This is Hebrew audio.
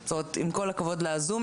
עם כל הכבוד לזום